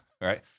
Right